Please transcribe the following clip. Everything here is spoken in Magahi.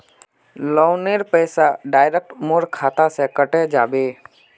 लोनेर पैसा डायरक मोर खाता से कते जाबे?